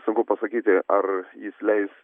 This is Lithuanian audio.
sunku pasakyti ar jis leis